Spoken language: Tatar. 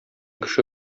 кеше